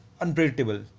unpredictable